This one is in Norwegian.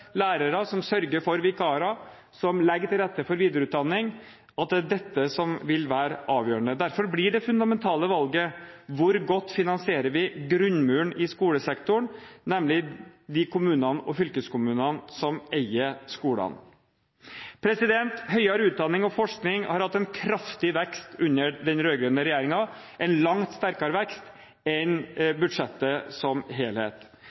lærere, som sørger for vikarer, og som legger til rette for videreutdanning – som vil være avgjørende. Derfor blir det fundamentale valget: Hvor godt finansierer vi grunnmuren i skolesektoren, nemlig de kommunene og fylkeskommunene som eier skolene? Høyere utdanning og forskning har hatt en kraftig vekst under den rød-grønne regjeringen, en langt sterkere vekst enn budsjettet som helhet.